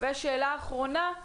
ושאלה אחרונה: